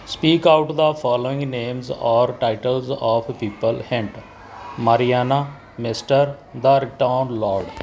speak out the following names or title of people hand Mariana mister the ਰਿਟੋਨਲੋਗ